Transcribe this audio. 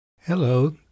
Hello